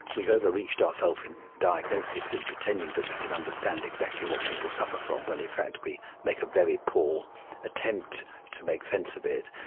we've over-reached ourselves in diagnosis in pretending that we can understand exactly what people suffer from when in fact we make a very poor attempt to make sense of it.